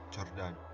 Jordan